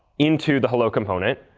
into the hello component.